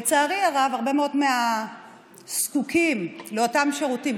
לצערי הרב הרבה מאוד מהזקוקים לאותם שירותים,